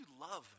love